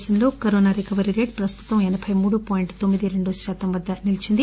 దేశంలో corona recovery rate ప్రస్తుతం ఎనబై మూడు పాయింట్ తొమ్మి దిరెండు శాతం వద్ద నిలిచింది